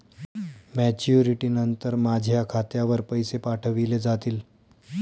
Maturity नंतर माझ्या खात्यावर पैसे पाठविले जातील?